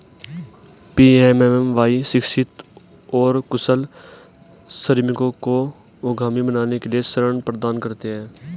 PMMY शिक्षित और कुशल श्रमिकों को उद्यमी बनने के लिए ऋण प्रदान करता है